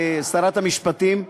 שרת המשפטים,